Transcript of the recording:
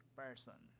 person